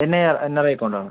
NI NRI account ആണ്